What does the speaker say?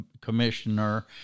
Commissioner